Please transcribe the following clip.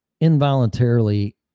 involuntarily